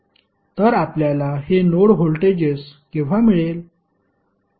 तर आपल्याला हे नोड व्होल्टेजेस केव्हा मिळेल